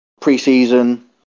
Pre-season